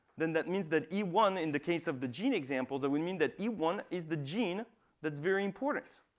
then that means that e one in the case of the gene example, that would mean that e one is the gene that's very important.